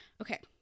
Okay